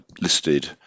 listed